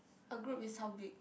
a group is how big